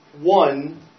one